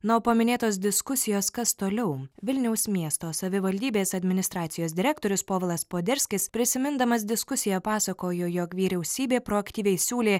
na o po minėtos diskusijos kas toliau vilniaus miesto savivaldybės administracijos direktorius povilas poderskis prisimindamas diskusiją pasakojo jog vyriausybė proaktyviai siūlė